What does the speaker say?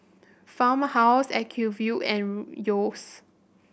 Farmhouse Acuvue and Yeo's